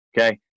Okay